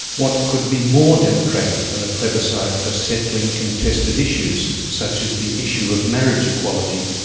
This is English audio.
what could be more democratic than a plebiscite for settling contested issues, such as the issue of marriage equality?